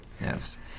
Yes